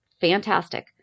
fantastic